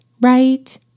right